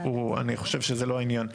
אני חושב שזה לא העניין.